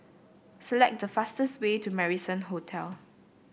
select the fastest way to Marrison Hotel